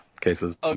cases